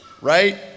right